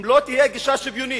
אם לא תהיה גישה שוויונית,